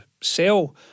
sell